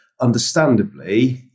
understandably